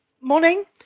Morning